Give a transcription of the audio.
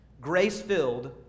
Grace-filled